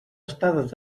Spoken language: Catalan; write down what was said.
estades